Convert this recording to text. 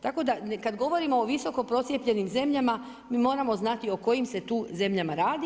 Tako da, kad govorimo o visoko procijepljenim zemljama, mi moramo znati o kojim se tu zemljama radi.